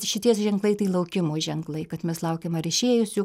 šitie ženklai tai laukimo ženklai kad mes laukiam ar išėjusių